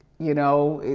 you know,